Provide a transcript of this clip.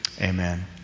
Amen